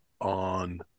on